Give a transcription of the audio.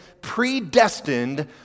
predestined